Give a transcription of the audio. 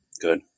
Good